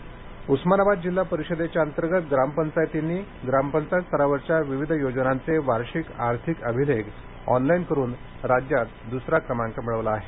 अभिलेखे योजना उरमानाबाद उस्मानाबाद जिल्हा परिषदे अंतर्गत ग्रामपंचायतींनी ग्रामपंचायत स्तरावरच्या विविध योजनांचे वार्षिक आर्थिक अभिलेख ऑनलाईन करुन राज्यात द्सरा क्रमांक मिळविला आहे